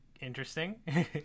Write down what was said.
Interesting